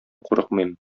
курыкмыйм